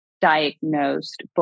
diagnosed